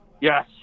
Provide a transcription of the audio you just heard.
Yes